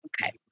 Okay